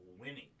winning